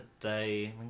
today